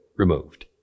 removed